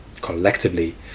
Collectively